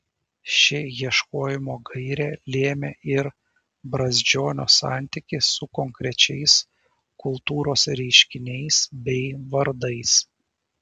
ši ieškojimo gairė lėmė ir brazdžionio santykį su konkrečiais kultūros reiškiniais bei vardais